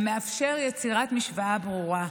המאפשר יצירת משוואה ברורה: